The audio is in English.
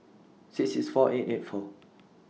six six four eight eight four